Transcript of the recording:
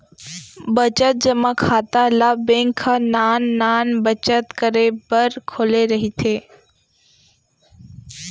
बचत जमा खाता ल बेंक ह नान नान बचत करे बर खोले रहिथे